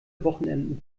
wochenenden